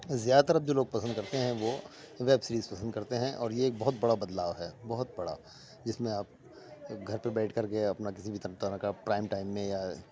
زیادہ تر اب جو لوگ پسند کرتے ہیں وہ ویب سیریز پسند کرتے ہیں اور یہ ایک بہت بڑا بدلاؤ ہے بہت بڑا جس میں آپ گھر پہ بیٹھ کر کے اپنا کسی بھی طرح کا پرائم ٹائم میں یا